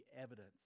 evidence